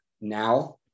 now